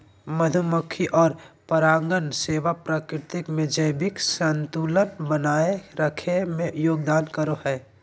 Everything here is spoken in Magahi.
मधुमक्खी और परागण सेवा प्रकृति में जैविक संतुलन बनाए रखे में योगदान करो हइ